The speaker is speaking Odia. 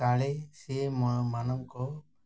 କାଳେ ସେମାନଙ୍କ